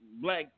black